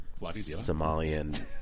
Somalian